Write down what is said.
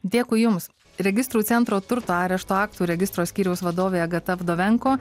dėkui jums registrų centro turto arešto aktų registro skyriaus vadovė agata vdovenko